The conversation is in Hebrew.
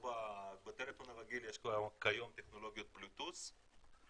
בטלפון הרגיל יש כיום טכנולוגיות Bluetooth,